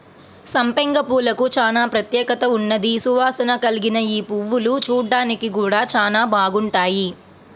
సంపెంగ పూలకు చానా ప్రత్యేకత ఉన్నది, సువాసన కల్గిన యీ పువ్వులు చూడ్డానికి గూడా చానా బాగుంటాయి